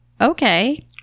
okay